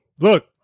look